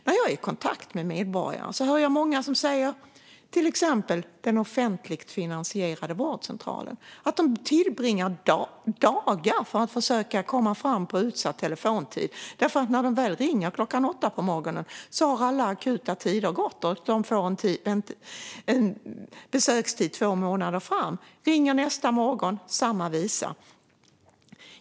När jag är i kontakt med medborgare hör jag många säga om till exempel den offentligt finansierade vårdcentralen att de tillbringar dagar med att försöka komma fram på utsatt telefontid. När de väl ringer klockan åtta på morgonen har alla akuta tider gått, och de får en besökstid om två månader. Så ringer de nästa morgon - samma visa.